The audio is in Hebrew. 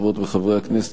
חברות וחברי הכנסת,